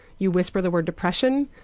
you whisper the word depression,